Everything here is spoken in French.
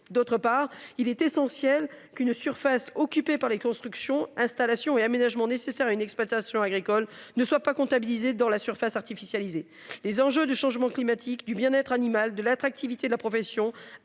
D'autre part, il est essentiel qu'une surface occupée par les constructions installations et aménagements nécessaires à une exploitation agricole ne soit pas comptabilisées dans la surface artificialiser. Les enjeux du changement climatique du bien-être animal de l'attractivité de la profession